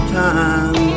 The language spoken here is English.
time